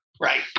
right